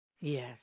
Yes